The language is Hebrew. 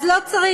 אז לא צריך.